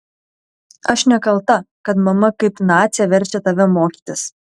aš nekalta kad mama kaip nacė verčia tave mokytis